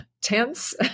tense